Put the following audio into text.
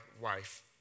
wife